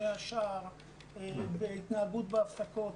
התנהגות בהפסקות,